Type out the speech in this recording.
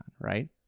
right